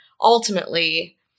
ultimately